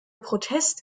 protest